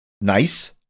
Nice